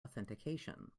authentication